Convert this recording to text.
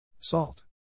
Salt